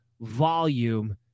volume